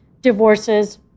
divorces